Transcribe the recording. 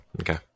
Okay